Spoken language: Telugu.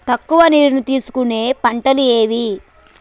తక్కువ నీరు తీసుకునే పంటలు ఏవి?